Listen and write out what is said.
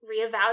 reevaluate